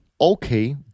okay